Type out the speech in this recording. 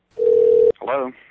Hello